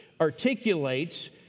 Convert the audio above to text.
articulates